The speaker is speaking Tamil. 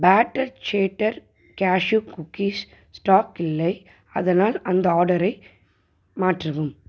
batter chatter cashew cookies stock இல்லை அதனால் அந்த ஆர்டரை மாற்றவும்